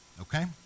okay